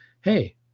Hey